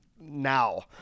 now